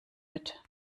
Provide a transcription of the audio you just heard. mit